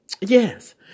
Yes